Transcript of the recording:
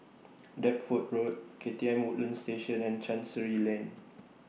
Deptford Road K T M Woodlands Station and Chancery Lane